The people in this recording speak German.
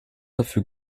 dafür